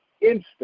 instant